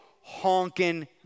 honking